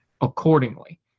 accordingly